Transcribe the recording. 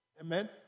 Amen